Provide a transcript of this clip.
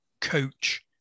coach